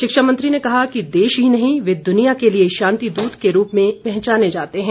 शिक्षा मंत्री ने कहा कि देश ही नही वे दुनिया के लिए शांति दूत के रूप में पहचाने जाते है